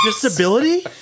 disability